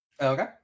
Okay